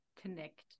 connect